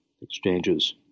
exchanges